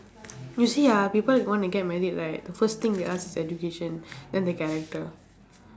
you see ah people want to get married right the first thing they ask is education then the character